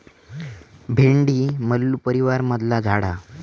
भेंडी मल्लू परीवारमधला झाड हा